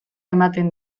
ematen